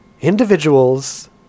individuals